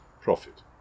profit